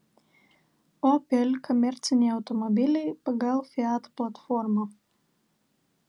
opel komerciniai automobiliai pagal fiat platformą